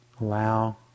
Allow